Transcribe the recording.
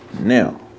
Now